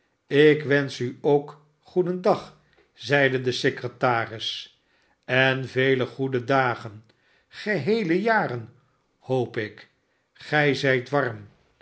ik wensch u ook goedendag zeide de secretary en vele goede dagen geheele jaren hoop ik gij zijt warm